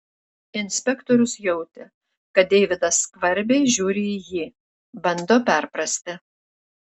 inspektorius jautė kad deividas skvarbiai žiūri į jį bando perprasti